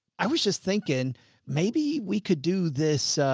i was just thinking maybe we could do this,